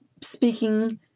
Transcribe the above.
speaking